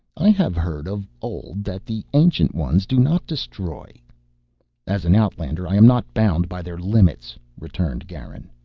i have heard of old that the ancient ones do not destroy as an outlander i am not bound by their limits, returned garin,